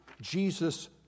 Jesus